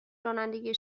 رانندگی